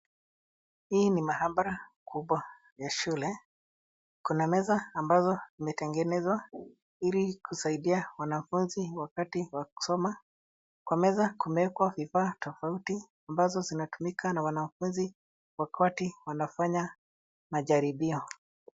Hii ni maabara kubwa ya shule. Kuna meza ambazo zimetengenezwa ili kusaidia wanafunzi wakati wa kusoma. Kwa meza kumewekwa vifaa tofuti ambazo zinatumika na wanafunzi wakati wanafanya majaribio.